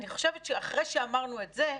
אחרי שאמרנו את זה,